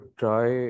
try